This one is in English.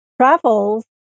travels